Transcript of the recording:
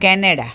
Canada